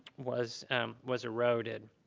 was was eroded.